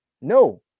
No